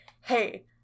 hey